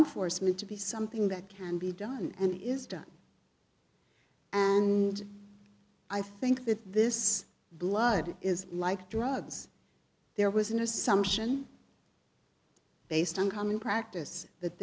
enforcement to be something that can be done and is done and i think that this blood is like drugs there was an assumption based on common practice that